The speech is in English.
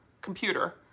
computer